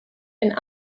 and